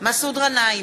מסעוד גנאים,